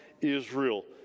Israel